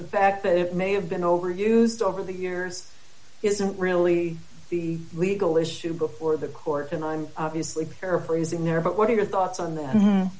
the fact that it may have been overused over the years isn't really the legal issue before the court and i'm obviously are perusing there but what are your thoughts on that